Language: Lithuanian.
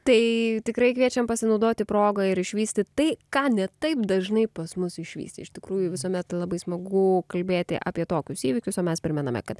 tai tikrai kviečiam pasinaudoti proga ir išvysti tai ką ne taip dažnai pas mus išvysi iš tikrųjų visuomet labai smagu kalbėti apie tokius įvykius o mes primename kad